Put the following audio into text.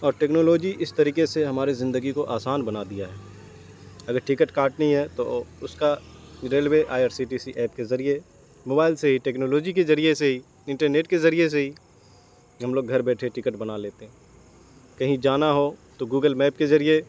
اور ٹیکنالوجی اس طریقے سے ہمارے زندگی کو آسان بنا دیا ہے اگر ٹکٹ کاٹنی ہے تو اس کا railway I R C T C app کے ذریعے موبائل سے ہی ٹیکنالوجی کے ذریعے سے ہی انٹرنیٹ کے ذریعے سے ہی ہم لوگ گھر بیٹھے ٹکٹ بنا لیتے کہیں جانا ہو تو گوگل میپ کے ذریعے